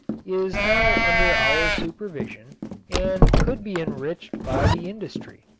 is now under our supervision and could be enriched by the industry.